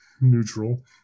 Neutral